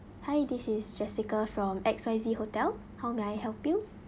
hi this is jessica from X Y Z hotel how may I help you